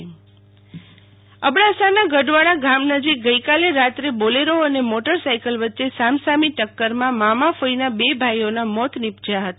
શિતલ વૈશ્નવ અકસ્માત અબડાસાના ગઢવાડા ગામ નજીક ગઈકાલે રાત્રે બોલેરો અન મોટર સાયકલ વચ્ચે સામસામી ટકકરમાં મામા ફોઈના બે ભાઈઓના મોત નીપજયા હતા